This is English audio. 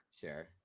Sure